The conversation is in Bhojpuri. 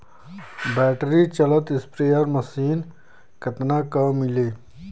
बैटरी चलत स्प्रेयर मशीन कितना क मिली?